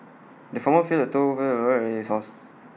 the farmer filled A trough full of his horses